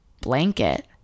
blanket